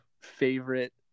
favorite